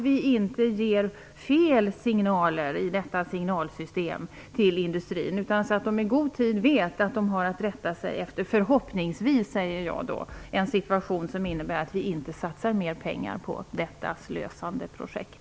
Vi skall i vårt signalsystem inte ge fel signaler till industrin. Då kan den - förhoppningsvis - i god tid veta att den har att rätta sig efter en situation som innebär att vi inte satsar mer pengar på detta slösande projekt.